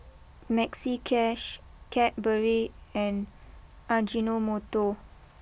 Maxi Cash Cadbury and Ajinomoto